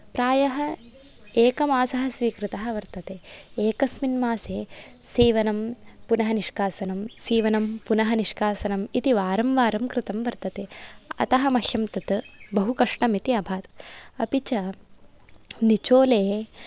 प्रायः एकमासः स्वीकृतः वर्तते एकस्मिन् मासे सीवनं पुनः निष्कासनं सीवनं पुनः निष्कासनम् इति वारं वारं कृतं वर्तते अतः मह्यं तद् बहुकष्टकमिति अभात् अपि च निचोले